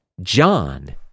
John